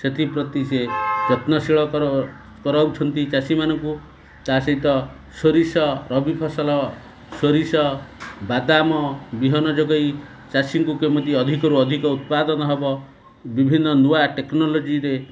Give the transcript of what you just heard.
ସେଥିପ୍ରତି ସେ ଯତ୍ନଶୀଳ କରାଉଛନ୍ତି ଚାଷୀମାନଙ୍କୁ ତା ସହିତ ସୋରିଷ ରବି ଫସଲ ସୋରିଷ ବାଦାମ ବିହନ ଯୋଗେଇ ଚାଷୀଙ୍କୁ କେମିତି ଅଧିକରୁ ଅଧିକ ଉତ୍ପାଦନ ହେବ ବିଭିନ୍ନ ନୂଆ ଟେକ୍ନୋଲୋଜିରେ